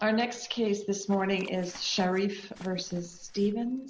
our next case this morning is sherry st says steven